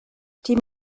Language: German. die